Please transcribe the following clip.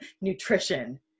nutrition